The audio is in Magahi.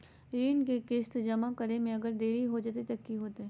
ऋण के किस्त जमा करे में अगर देरी हो जैतै तो कि होतैय?